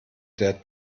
der